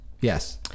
Yes